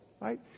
right